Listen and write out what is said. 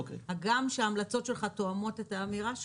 הגם שההמלצות שלך תואמות את האמירה שלי,